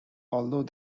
although